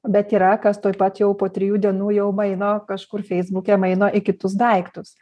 bet yra kas tuoj pat jau po trijų dienų jau maino kažkur feisbuke maino į kitus daiktus